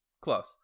close